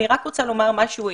אני רוצה לומר משהו.